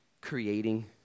creating